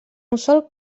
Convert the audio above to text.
mussol